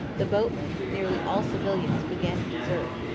the boatmen, nearly all civilians, began to desert.